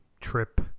trip